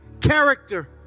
character